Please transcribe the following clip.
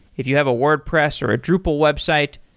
if you have a wordpress or a drupal website,